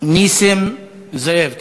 נסים זאב.